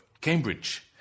Cambridge